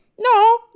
no